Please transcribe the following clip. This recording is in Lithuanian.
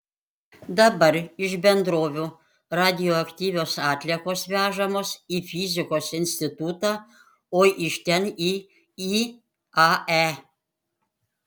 dabar iš bendrovių radioaktyvios atliekos vežamos į fizikos institutą o iš ten į iae